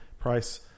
price